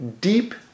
deep